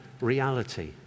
reality